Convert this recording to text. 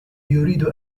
يريد